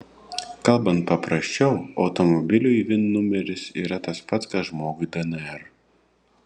kalbant paprasčiau automobiliui vin numeris yra tas pats kas žmogui dnr